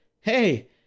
hey